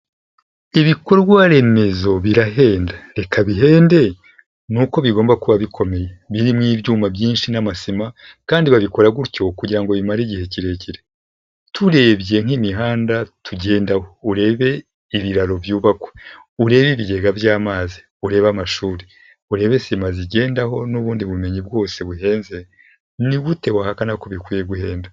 Ibikorwaremezo birahenda reka bihende nuko bigomba kuba bikomeye, birimo ibyuma byinshi n'amasima kandi babikora gutyo kugira ngo bimare igihe kirekire. Turebye nk'imihanda tugenda, urebe ibiraro byubakwa, ure ibigega by'amazi, urebe amashuri, urebe sima zigendaho n'ubundi bumenyi bwose buhenze ni gute wahakana ko bikwiye guhenda?